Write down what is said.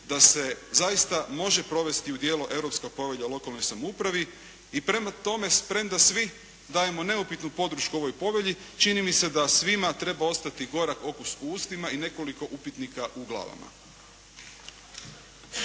da se zaista može provesti u djelo Europska povelja o lokalnoj samoupravi. I prema tome, premda svi dajemo neupitnu podršku ovoj povelji čini mi se da svima treba ostati gorak okus u ustima i nekoliko upitnika u glavama.